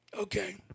Okay